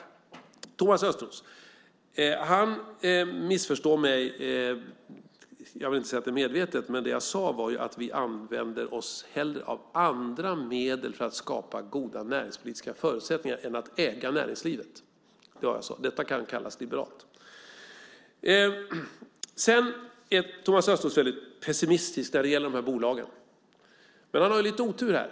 Thomas Östros missförstår mig, och jag vill inte säga att han gör det medvetet. Men det jag sade var att vi hellre använder oss av andra medel för att skapa goda näringspolitiska förutsättningar än att äga näringslivet. Det var vad jag sade. Detta kan kallas liberalt. Sedan är Thomas Östros väldigt pessimistisk när det gäller de här bolagen. Men han har lite otur här.